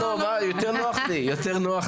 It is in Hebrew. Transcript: יותר נוח לי.